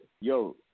yo